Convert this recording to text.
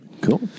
Cool